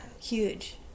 Huge